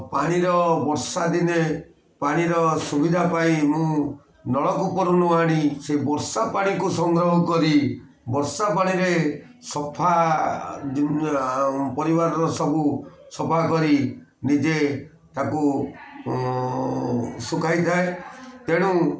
ପାଣିର ବର୍ଷା ଦିନେ ପାଣିର ସୁବିଧା ପାଇଁ ମୁଁ ନଳକୂପରୁ ନ ଆଣି ସେ ବର୍ଷା ପାଣିକୁ ସଂଗ୍ରହ କରି ବର୍ଷା ପାଣିରେ ସଫା ପରିବାରର ସବୁ ସଫା କରି ନିଜେ ତାକୁ ଶୁଖାଇଥାଏ ତେଣୁ